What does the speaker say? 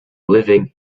living